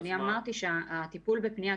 אני אמרתי שהטיפול בפנייה,